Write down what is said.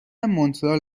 مونترال